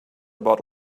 about